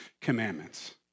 commandments